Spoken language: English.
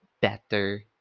better